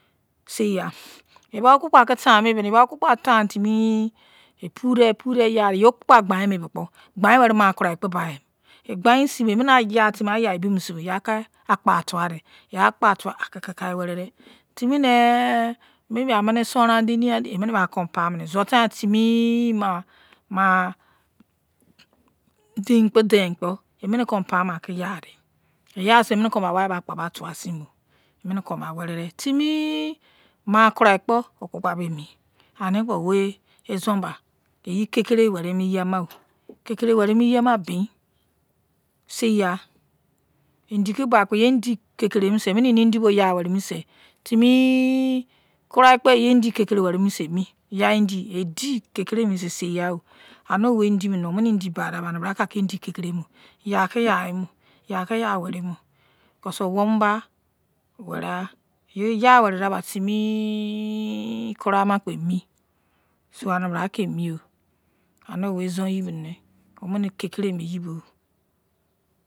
Seigba ebai ogbukpa kei taime ki baikpo yei pudei yei pudei eyai gbaime ki gbigbo gbai weri maikurai kpo lai mi egbai seimbo emene ayatimi ayaseimbo boi ebi bo emine anaeki akpa tuwaidei kon aki akpa tuwaweni kikaiweri dei timinei, maybe ameni soron-andein, seindein-adein emine akon paiuwene, zuo timaiba timi mai dein ki dein kpo emi akon paimo aki yadei eya sein bo emine bai wai aneke kon akpa tuwasinbo emine kon bai weridei. Tomi ma-akurai kpo ogbukpa bei enie izonbai yei kekire weri miyi ama oh yikerire wirimi yi ama bein seigha indi ki weri miniki gbakpo timi emine indi bo kekikeke minesei kurai kpo emi edi kekire misei seigha. Ane wir indi mini oh omini indi bai donba yai ke yai mo because owumuba werigha yei yai weridabo timi kurai ama kpo emi so anibrakemi yo anewei izon yei minine omini kekiremoyinuyo